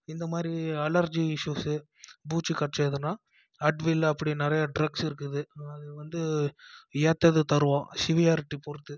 இந்தமாதிரி allergy issues பூச்சி கடிச்சதுன்னா அட்வில் அப்படின்னு நிறைய ட்ரக்ஸ் இருக்குது அது வந்து ஏற்றது தருவோம் சிவியாரிட்டி பொறுத்து